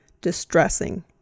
distressing